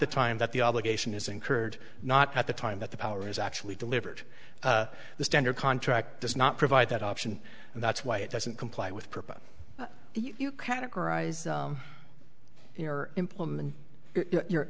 the time that the obligation is incurred not at the time that the power is actually delivered the standard contract does not provide that option and that's why it doesn't comply with purpose you categorize your implement